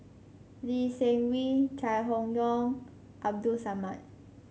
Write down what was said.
Lee Seng Wee Chai Hon Yoong Abdul Samad